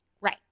Right